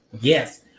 Yes